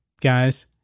guys